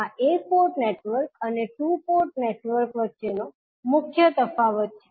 આ એક port network અને ટુ પોર્ટ નેટવર્ક વચ્ચેનો મુખ્ય તફાવત છે